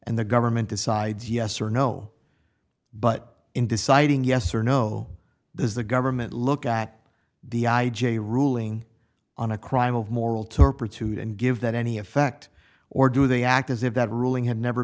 and the government decides yes or no but in deciding yes or no does the government look at the i j a ruling on a crime of moral turpitude and give that any effect or do they act as if that ruling had never